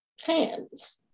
hands